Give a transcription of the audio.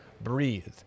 breathe